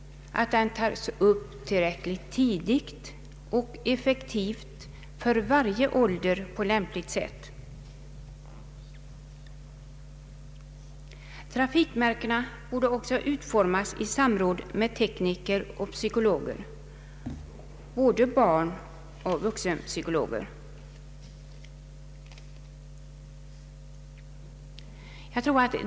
Den skall tas upp tillräckligt tidigt och effektivt samt för varje ålder på lämpligt sätt. Trafikmärkena borde också utformas i samråd med tekniker och psykologer, för både barn och vuxna.